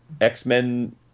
X-Men